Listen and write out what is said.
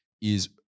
is-